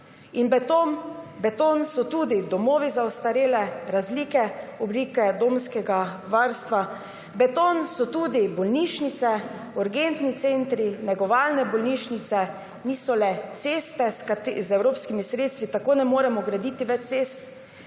In beton so tudi domovi za ostarele, različne oblike domskega varstva, beton so tudi bolnišnice, urgentni centri, negovalne bolnišnice, niso le ceste, z evropskimi sredstvi tako ne moremo graditi več cest,